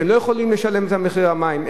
שהם לא יכולים לשלם את מחיר המים?